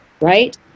right